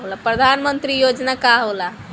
परधान मंतरी योजना का होला?